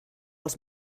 els